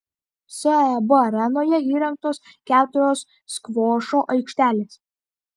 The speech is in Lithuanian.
seb arenoje įrengtos keturios skvošo aikštelės